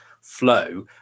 flow